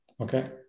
okay